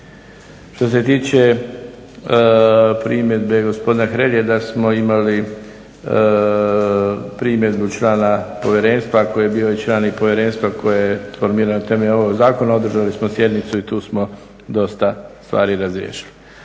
Što se tiče primjedbe gospodina Hrelje da smo imali primjedbu člana povjerenstva koji je bio član i povjerenstva koje je formirano temeljem ovog zakona, održali smo sjednicu i tu smo dosta stvari razriješili.